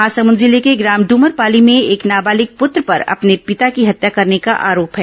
महासमुंद जिले के ग्राम डूमरपाली में एक नाबालिग पुत्र पर अपने पिता की हत्या करने का आरोप है